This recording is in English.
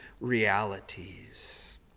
realities